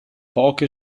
poche